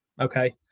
okay